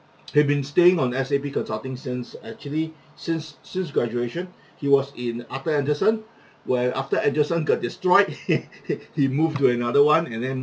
he been staying on S_A_P consulting since actually since since graduation he was in arthur andersen when arthur andersen got destroyed he he he moved to another one and then